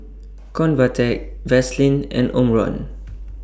Convatec Vaselin and Omron